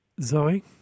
Zoe